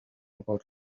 about